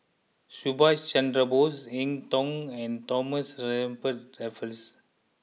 Subhas Chandra Bose Eng Tow and Thomas Stamford Raffles